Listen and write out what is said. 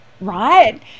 right